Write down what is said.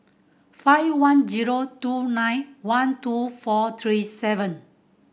five one zero two nine one two four three seven